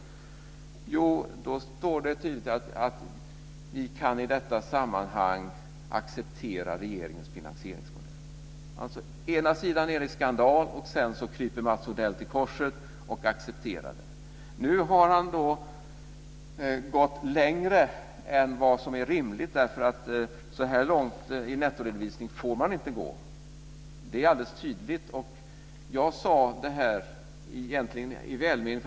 Jo, då skrev man tydligt: Vi kan i detta sammanhang acceptera regeringens finansieringsmodell. Först är det alltså skandal, och sedan kryper Mats Odell till korset och accepterar det. Nu har han gått längre än vad som är rimligt. Så här långt i nettoredovisning får man inte gå. Det är alldeles tydligt. Jag sade egentligen det här i välmening.